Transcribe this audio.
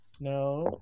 No